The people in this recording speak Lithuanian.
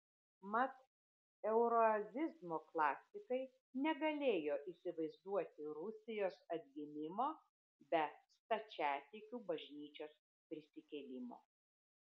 mat euroazizmo klasikai negalėjo įsivaizduoti rusijos atgimimo be stačiatikių bažnyčios prisikėlimo